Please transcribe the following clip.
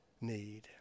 need